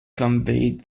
conveyed